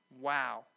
wow